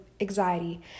anxiety